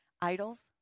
idols